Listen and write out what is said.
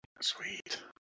Sweet